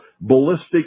ballistic